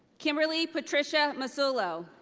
kimberly patricia masullo.